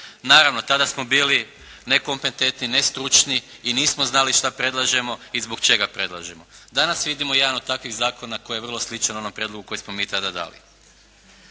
Naravno, tada smo bili nekompetentni, nestručni i nismo znali što predlažemo i zbog čega predlažemo. Danas vidimo jedan od takvih zakona koji je vrlo sličan onom prijedlogu koji smo mi tada dali.